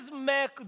make